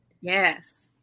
Yes